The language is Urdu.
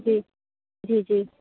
جی جی جی